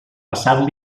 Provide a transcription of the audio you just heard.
passar